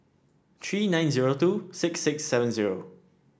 three nine zero two six six seven zero